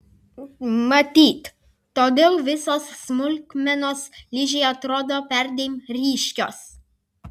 matyt todėl visos smulkmenos ližei atrodo perdėm ryškios